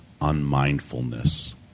unmindfulness